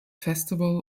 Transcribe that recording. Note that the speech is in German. festival